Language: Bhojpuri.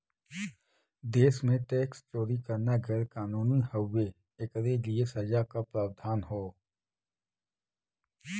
देश में टैक्स चोरी करना गैर कानूनी हउवे, एकरे लिए सजा क प्रावधान हौ